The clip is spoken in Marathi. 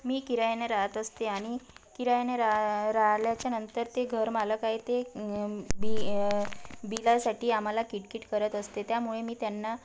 मी किरायाने राहत असते आणि किरायाने राह राहिल्याच्यानंतर ते घरमालक आहे ते बी बिलासाठी आम्हाला किटकीट करत असते त्यामुळे मी त्यांना